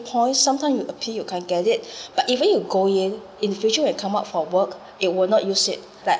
points sometime you appeal you can't get it but even if you go in future when you come up for work it will not use it